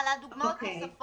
הלאה, דוגמאות נוספות.